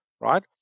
right